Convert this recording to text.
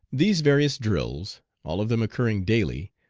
these various drills all of them occurring daily,